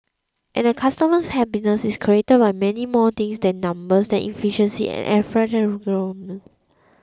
and a customer's happiness is created by many more things than numbers and efficiency and